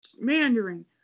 Mandarin